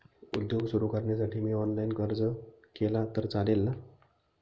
उद्योग सुरु करण्यासाठी मी ऑनलाईन अर्ज केला तर चालेल ना?